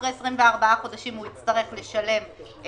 אחרי 24 חודשים הוא יצטרך שלם את